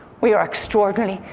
we are extraordinary,